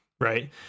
right